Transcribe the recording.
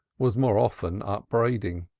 was more often upbraiding.